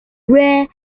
rare